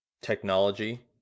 technology